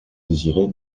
désirez